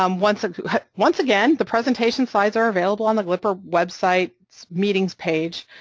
um once ah once again, the presentation slides are available on the glrppr website's meetings page,